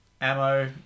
ammo